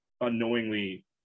unknowingly